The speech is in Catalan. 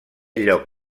lloc